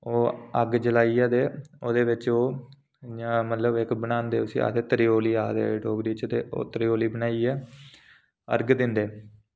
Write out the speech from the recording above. ते ओह् अग्ग जलाइयै ते ओह्दे बिच ओह् इक बनांदे डोगरी च उसी आखदे त्रिचौली त्रिचौली बनाइयै अर्घ दिंदे